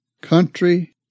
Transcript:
country